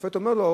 השופט שואל אותו: